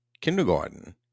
kindergarten